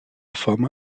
femme